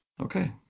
Okay